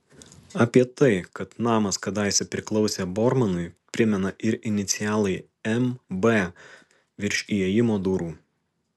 apie tai kad namas kadaise priklausė bormanui primena ir inicialai mb virš įėjimo durų